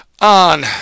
On